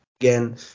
again